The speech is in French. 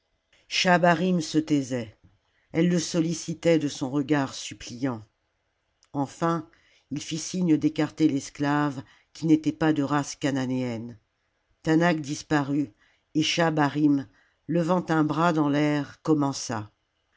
schahabarim se taisait elle le sollicitait de son regard suppliant enfin il fit signe d'écarter l'esclave qui n'était pas de race chananéenne taanach disparut et schahabarim levant un bras dans l'air commença